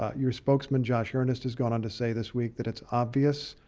ah your spokesman, josh earnest, has gone on to say this week that it's obvious